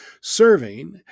Serving